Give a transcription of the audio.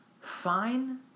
Fine